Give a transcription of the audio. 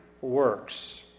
works